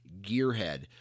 Gearhead